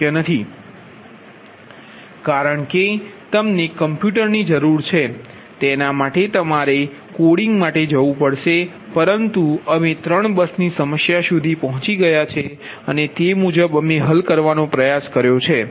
Raphson પદ્ધતિ કારણ કે તમને કમ્પ્યુટરની જરૂર છે અને તેના માટે તમારે કોડિંગ માટે જવું પડશે પરંતુ અમે 3 બસની સમસ્યા સુધી પહોંચી ગયા છે અને તે મુજબ અમે હલ કરવાનો પ્રયાસ કર્યો છે